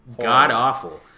God-awful